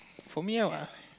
for me I'll